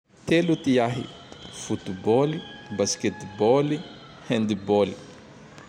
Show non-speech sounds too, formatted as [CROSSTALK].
[NOISE] Telo ty [NOISE] ahy [NOISE] [NOISE] foot-bôly, [NOISE] basket-bôly, [NOISE] hand-bôly. [NOISE]